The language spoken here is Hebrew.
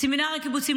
בסמינר הקיבוצים,